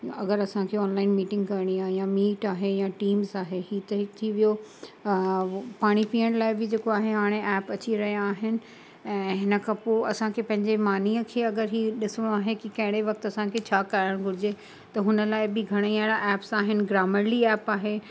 अगरि असांखे online meeting करिणी आहे यां मीट आहे यां टीम्स आहे ही त हिकु थी वियो पाणी पीअण लाइ बि जेको आहे हाणे एप अची रहिया आहिनि ऐं हिन खां पोइ असांखे पंहिंजे मानीअ खे अगरि हीउ ॾिसणो आहे कि कहिड़े वक़्ति असांखे छा करणु घुरिजे त हुन लाइ बि घणे अहिड़ा एप्स आहिनि ग्रामर्ली एप आहे